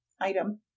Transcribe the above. item